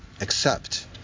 accept